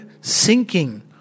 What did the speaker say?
sinking